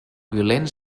violents